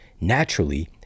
naturally